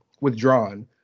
withdrawn